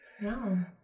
No